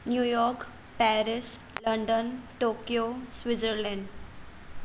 New York Paris London Tokyo Switzerland